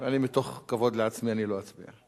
אני, מתוך כבוד לעצמי, אני לא אצביע.